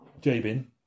Jabin